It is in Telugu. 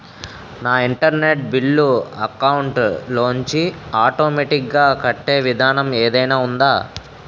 నా ఇంటర్నెట్ బిల్లు అకౌంట్ లోంచి ఆటోమేటిక్ గా కట్టే విధానం ఏదైనా ఉందా?